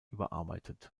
überarbeitet